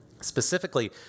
Specifically